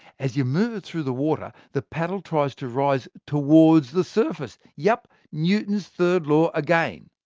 as you move it through the water, the paddle tries to rise towards the surface. yup, newton's third law again.